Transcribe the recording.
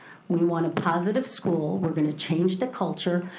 we want a positive school, we're gonna change the culture,